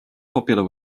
popular